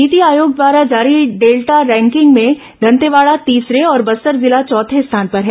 नीति आयोग द्वारा जारी डेल्टा रेकिंग में दंतेवाड़ा तीसरे और बस्तर जिला चौथे स्थान पर है